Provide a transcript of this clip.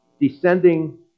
descending